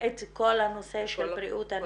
את כל הנושא של בריאות הנפש.